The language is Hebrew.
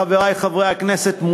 חברי חברי הכנסת,